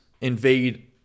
invade